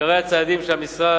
עיקרי הצעדים שהמשרד,